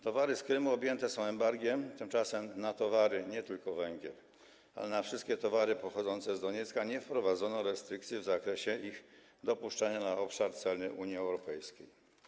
Towary z Krymu objęte są embargiem, tymczasem na towary - nie tylko węgiel, ale na wszystkie towary - pochodzące z Doniecka nie wprowadzono restrykcji w zakresie ich dopuszczania na obszar celny Unii Europejskiej.